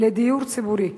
לדיור ציבורי.